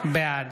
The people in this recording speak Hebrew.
בעד